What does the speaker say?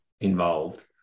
involved